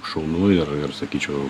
šaunu ir ir sakyčiau